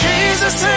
Jesus